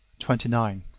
twenty nine.